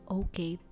okay